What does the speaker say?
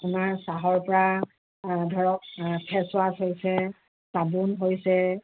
আপোনাৰ চাহৰ পৰা ধৰক ফেচৱাশ্ব হৈছে চাবোন হৈছে